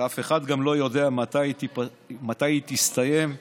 אף אחד גם לא יודע מתי היא תסתיים ואיך.